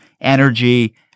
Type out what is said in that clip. Energy